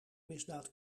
misdaad